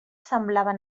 semblaven